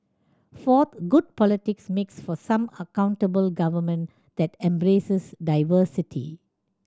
fourth good politics makes for some accountable government that embraces diversity